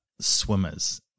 swimmers